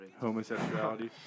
Homosexuality